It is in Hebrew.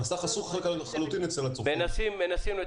המסך חשוך לחלוטין אצל הצופים.